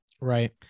Right